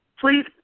please